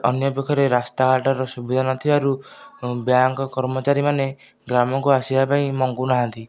ଅନ୍ୟ ପକ୍ଷରେ ରାସ୍ତାଘାଟର ସୁବିଧା ନଥିବାରୁ ବ୍ୟାଙ୍କ କର୍ମଚାରୀମାନେ ଗ୍ରାମକୁ ଆସିବା ପାଇଁ ମଙ୍ଗୁନାହାନ୍ତି